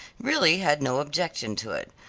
really had no objection to it.